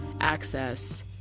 access